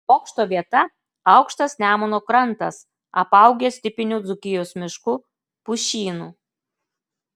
bokšto vieta aukštas nemuno krantas apaugęs tipiniu dzūkijos mišku pušynu